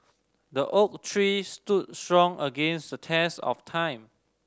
the oak tree stood strong against the test of time